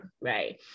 right